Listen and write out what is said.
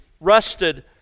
rusted